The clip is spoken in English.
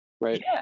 Right